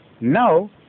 Now